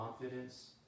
confidence